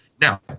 Now